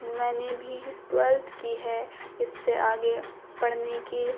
میں نے بھی ٹویلتھ کی ہے اس سے آگے پڑھنے کی